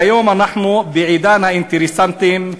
והיום אנחנו בעידן האינטרסנטים.